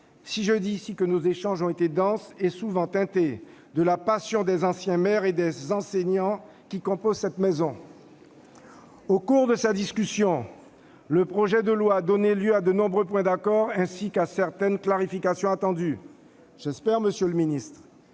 si je dis ici que nos échanges ont été denses et souvent teintés de la passion des anciens maires et des enseignants qui composent cette maison. Au cours de la discussion, le projet de loi a donné lieu à de nombreux points d'accord ainsi qu'à certaines clarifications attendues. J'espère, monsieur le ministre,